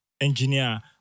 engineer